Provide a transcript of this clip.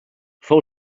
fou